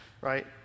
right